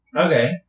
Okay